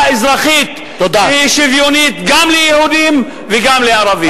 אזרחית שתהיה שוויונית גם ליהודים וגם לערבים.